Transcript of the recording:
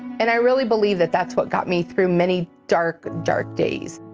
and i really believe that that's what got me through many dark dark days,